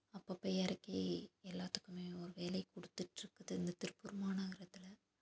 அப்பப்போ இறக்கி எல்லாத்துக்குமே ஒரு வேலை கொடுத்துட்ருக்குது இந்த திருப்பூர் மாநகரத்தில்